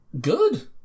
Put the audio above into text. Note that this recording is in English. good